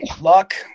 luck